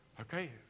Okay